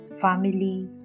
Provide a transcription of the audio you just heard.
Family